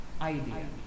idea